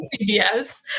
CBS